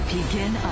Begin